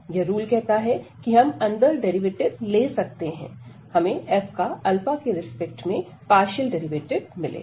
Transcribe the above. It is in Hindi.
यह रूल कहता है कि हम अंदर डेरिवेटिव ले सकते हैं हमें f का के रिस्पेक्ट में पार्शियल डेरिवेटिव मिलेगा